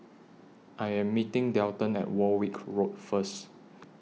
I Am meeting Delton At Warwick Road First